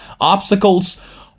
obstacles